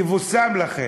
יבושם לכם,